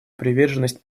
приверженность